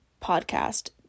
Podcast